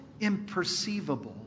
imperceivable